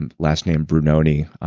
and last name brunoni,